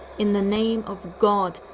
in the name of god,